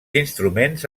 instruments